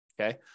Okay